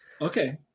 Okay